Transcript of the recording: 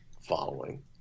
following